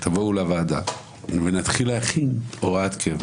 תבואו לוועדה ונתחיל להכין הוראת קבע.